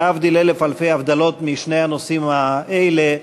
להבדיל אלף אלפי הבדלות משני הנושאים האלה,